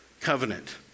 covenant